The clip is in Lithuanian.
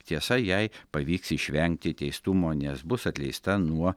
tiesa jai pavyks išvengti teistumo nes bus atleista nuo